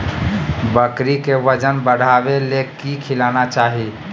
बकरी के वजन बढ़ावे ले की खिलाना चाही?